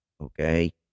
okay